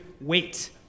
wait